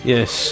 Yes